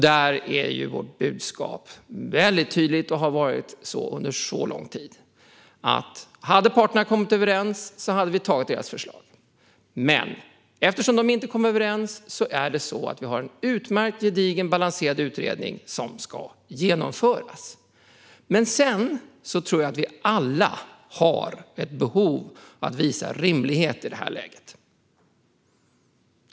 Där är vårt budskap tydligt: Hade parterna kommit överens hade vi tagit deras förslag. Men eftersom de inte kom överens har vi nu en utmärkt, gedigen och balanserad utredning som ska genomföras. Sedan tror jag att vi alla har ett behov av rimlighet i det här läget.